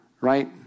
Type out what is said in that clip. right